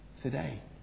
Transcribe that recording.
today